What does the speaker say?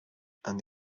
and